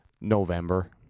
November